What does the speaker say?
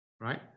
right